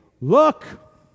look